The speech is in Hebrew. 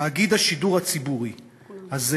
תאגיד השידור הציבורי הזה,